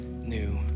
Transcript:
new